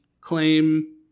claim